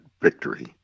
victory